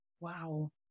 Wow